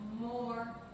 more